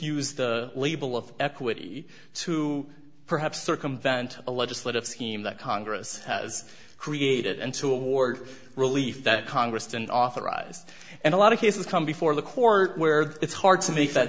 use the label of equity to perhaps circumvent a legislative scheme that congress has created and to award relief that congress didn't authorize and a lot of cases come before the court where it's hard to make that